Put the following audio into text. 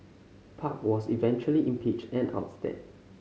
park was eventually impeached and ousted